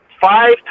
Five